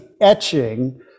etching